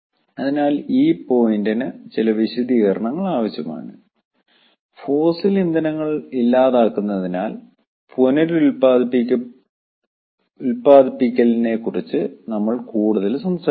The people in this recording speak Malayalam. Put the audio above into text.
അതിനാൽ ഈ പോയിന്റിന് ചില വിശദീകരണങ്ങൾ ആവശ്യമാണ് ഫോസിൽ ഇന്ധനങ്ങൾ ഇല്ലാതാക്കുന്നതിനാൽ പുനരുൽപ്പാദിപ്പിക്കലിനെക്കുറിച്ച് നമ്മൾ കൂടുതൽ സംസാരിക്കുന്നു